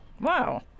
Wow